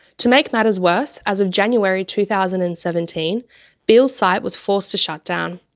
to make matters worse, as of january two thousand and seventeen beall's site was forced to shut down.